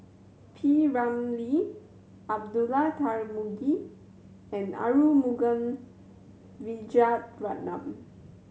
P Ramlee Abdullah Tarmugi and Arumugam Vijiaratnam